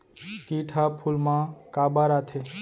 किट ह फूल मा काबर आथे?